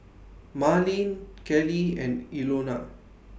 Marleen Kellie and Ilona